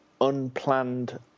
unplanned